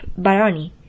Barani